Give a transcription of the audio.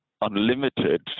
unlimited